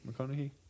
McConaughey